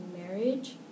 marriage